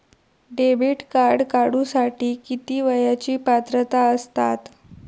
Debit card काढूसाठी किती वयाची पात्रता असतात?